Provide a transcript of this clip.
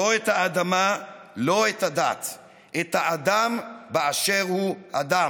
לא את האדמה, לא את הדת, את האדם באשר הוא אדם.